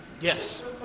yes